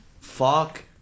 Fuck